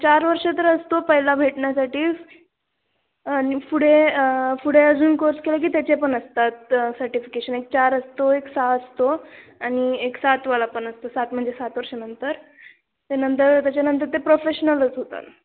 चार वर्ष तर असतो पहिला भेटण्यासाठी आणि पुढे पुढे अजून कोर्स केलं की त्याचे पण असतात सर्टिफिकेशन एक चार असतो एक सहा असतो आणि एक सातवाला पण असतो सात म्हणजे सात वर्षानंतर त्यानंतर त्याच्यानंतर ते प्रोफेशनलच होतात